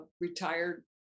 retired